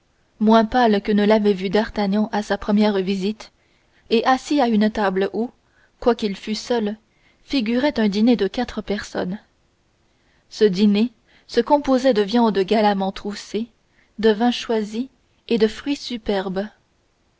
moins pâle que ne l'avait vu d'artagnan à sa première visite et assis à une table où quoiqu'il fût seul figurait un dîner de quatre personnes ce dîner se composait de viandes galamment troussées de vins choisis et de fruits superbes